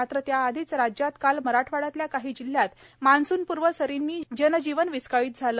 मात्र त्याआधीच राज्यात काल मराठवाडातल्या काही जिल्ह्यात मान्सुनपूर्व सरींनी जनजीवन विस्कळीत झालं